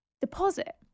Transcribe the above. deposit